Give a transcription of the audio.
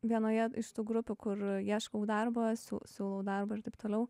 vienoje iš tų grupių kur ieškau darbo siū siūlau darbą ir taip toliau